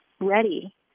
ready